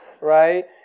right